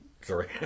Sorry